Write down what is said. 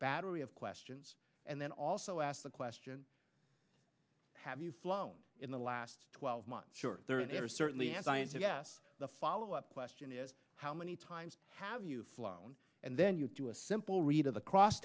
battery of questions and then also ask the question have you flown in the last twelve months sure there are certainly and scientists guess the follow up question is how many times have you flown and then you do a simple read of